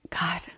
God